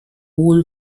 wool